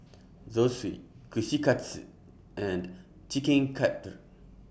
Zosui Kushikatsu and Chicken Cutlet